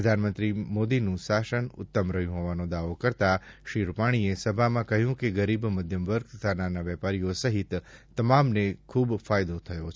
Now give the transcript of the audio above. પ્રધાનમંત્રી મોદીનું શાસન ઉત્તમ રહ્યું હોવાનો દાવો કરતા શ્રી રૂપાણીએ સભામાં કહ્યું હતું કે ગરીબ મધ્યમવર્ગ તથા નાના વેપારીઓ સહિત તમામને ખુબ ફાયદો થયો છે